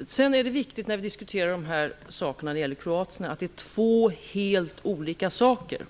diskuterar kroaterna är det viktigt att komma ihåg att det handlar om två helt olika frågor.